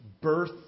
birth